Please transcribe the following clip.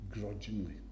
grudgingly